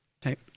type